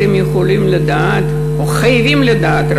אתם יכולים לדעת או חייבים לדעת,